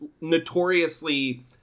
notoriously